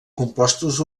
compostos